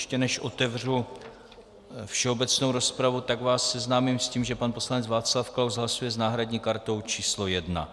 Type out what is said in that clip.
Ještě než otevřu všeobecnou rozpravu, tak vás seznámím s tím, že pan poslanec Václav Klaus hlasuje s náhradní kartou číslo 1.